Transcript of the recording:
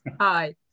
Hi